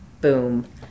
boom